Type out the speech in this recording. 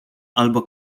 albo